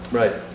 right